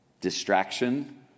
Distraction